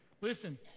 Listen